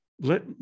let